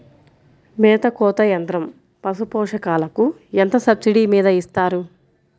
మేత కోత యంత్రం పశుపోషకాలకు ఎంత సబ్సిడీ మీద ఇస్తారు?